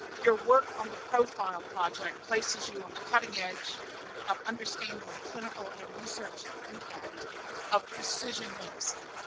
your work on the profile project, places you on the cutting edge of understanding the clinical and research impact of precision medicine.